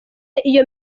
iyo